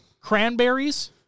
Cranberries